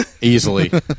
easily